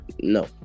No